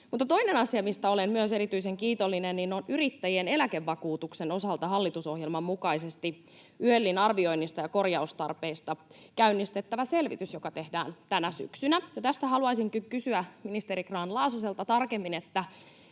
toinen asia, mistä olen myös erityisen kiitollinen, on hallitusohjelman mukaisesti yrittäjien eläkevakuutuksen osalta YELin arvioinnista ja korjaustarpeista käynnistettävä selvitys, joka tehdään tänä syksynä. Ja tästä haluaisinkin kysyä ministeri Grahn-Laasoselta tarkemmin,